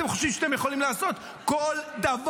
אתם חושבים שאתם יכולים לעשות כל דבר.